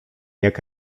jak